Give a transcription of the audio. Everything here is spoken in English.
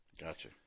Gotcha